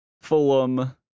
Fulham